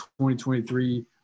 2023